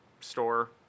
store